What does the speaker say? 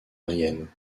mayenne